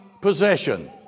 possession